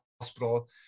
hospital